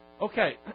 Okay